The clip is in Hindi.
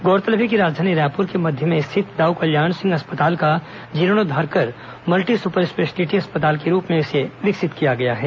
गौरतलब है कि राजधानी रायपुर के मध्य में स्थित दाऊ कल्याण सिंह अस्पताल का जीर्णोद्वार कर मल्टी सुपर स्पेशिलिटी अस्पताल के रूप में विकसित किया गया है